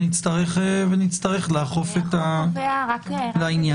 ונצטרך לאכוף את העניין.